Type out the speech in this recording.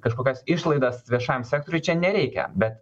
kažkokias išlaidas viešajam sektoriui čia nereikia bet